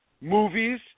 movies